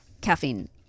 caffeine